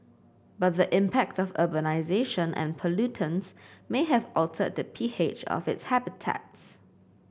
but the impact of urbanisation and pollutants may have altered the pH of its habitats